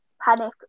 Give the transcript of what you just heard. panic